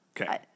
Okay